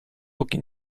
póki